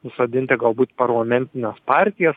nusodinti galbūt parlamentines partijas